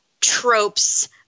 tropes